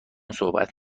صحبت